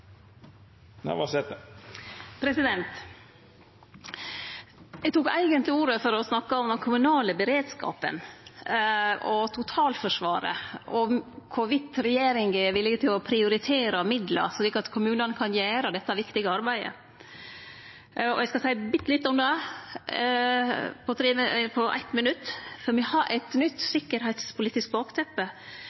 forskjellene. Eg tok eigentleg ordet for å snakke om den kommunale beredskapen og totalforsvaret og om regjeringa er villig til å prioritere midlar slik at kommunane kan gjere dette viktige arbeidet. Eg skal seie bitte litt om det, på eitt minutt, for me har eit nytt sikkerheitspolitisk bakteppe.